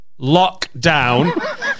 lockdown